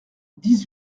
dix